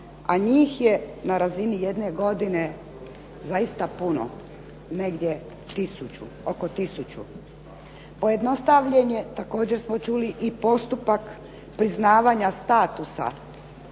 a njih je na razini jedne godine zaista puno negdje tisuću, oko tisuću. Pojednostavljen je također smo čuli i postupak priznavanja statusa,